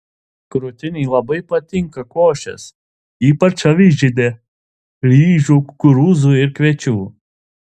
krūtinei labai patinka košės ypač avižinė ryžių kukurūzų ir kviečių